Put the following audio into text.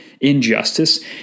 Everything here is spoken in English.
injustice